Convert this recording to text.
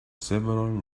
several